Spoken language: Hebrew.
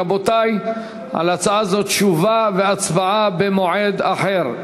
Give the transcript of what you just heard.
רבותי, על הצעה זו תשובה והצבעה במועד אחר.